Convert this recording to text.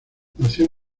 nacido